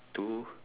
two